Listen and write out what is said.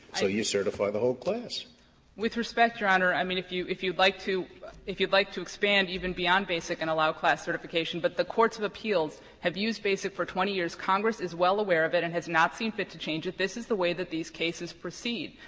so you certify the whole class. saharsky with respect, your honor, i mean, if you if you would like to if you would like to expand even beyond basic and allow class certification. but the courts of appeals have used basic for twenty years, congress is well aware of it and has not seen fit to change it. this is the way that these cases proceed.